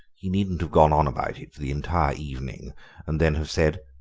he needn't have gone on about it for the entire evening and then have said,